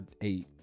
eight